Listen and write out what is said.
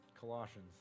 Colossians